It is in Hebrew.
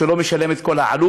שלא משלם את כל העלות.